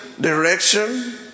direction